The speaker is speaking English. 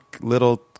little